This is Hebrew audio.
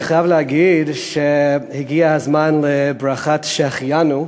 אני חייב להגיד שהגיע הזמן לברכת "שהחיינו"